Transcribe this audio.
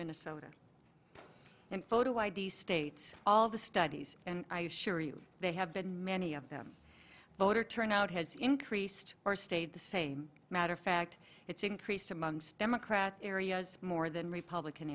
minnesota and photo id states all of the studies and i assure you they have been many of them voter turnout has increased or stayed the same matter of fact it's increased amongst democrats areas more than republican